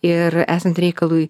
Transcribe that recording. ir esant reikalui